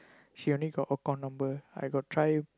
she only got account number I got try